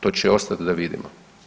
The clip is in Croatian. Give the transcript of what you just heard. To će ostati da vidimo.